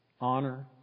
Honor